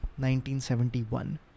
1971